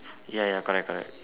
ya ya correct correct